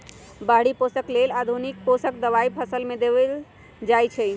बाहरि पोषक लेल आधुनिक पोषक दबाई फसल में देल जाइछइ